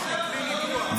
אותו.